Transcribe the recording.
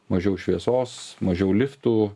mažiau šviesos mažiau liftų